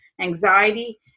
anxiety